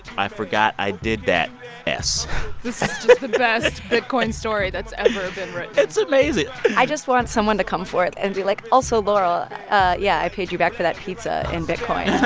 i forgot i did that s this is just the best bitcoin story that's ever been written it's amazing i just want someone to come forth and be like, also, laurel yeah, i paid you back for that pizza in bitcoin